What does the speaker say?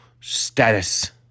status